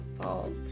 fault